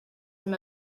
him